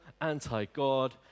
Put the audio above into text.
anti-God